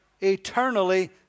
eternally